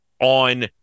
on